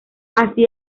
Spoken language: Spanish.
así